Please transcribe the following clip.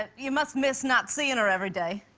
ah you must miss not seein' her every day.